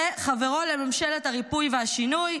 וחברו לממשלת הריפוי והשינוי,